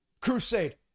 crusade